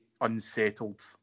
unsettled